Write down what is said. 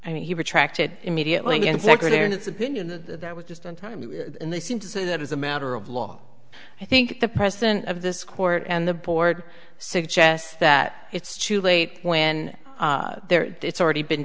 and he retracted it immediately and secretary his opinion the that was just in time and they seem to say that as a matter of law i think the president of this court and the board suggest that it's too late when there it's already been